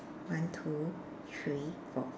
one two three four